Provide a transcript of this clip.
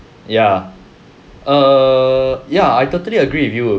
ya err ya I totally agree with you